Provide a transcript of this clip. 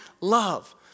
love